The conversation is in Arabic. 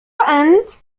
أنت